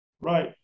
Right